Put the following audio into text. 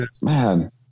man